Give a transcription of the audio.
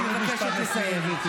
אני מבקשת לסיים.